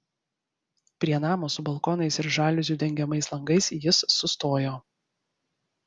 prie namo su balkonais ir žaliuzių dengiamais langais jis sustojo